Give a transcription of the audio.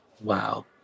Wow